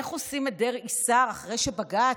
איך עושים את דרעי שר אחרי שבג"ץ,